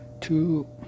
two